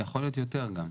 יכול להיות גם יותר.